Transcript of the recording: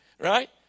Right